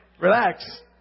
Relax